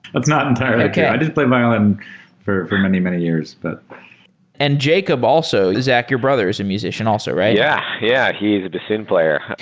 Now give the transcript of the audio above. that's not entirely true. i just play violin for for many, many years but and jacob also, zach, your brother is a musician also, right? yeah. yeah he's a bassoon player.